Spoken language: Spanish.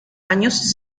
años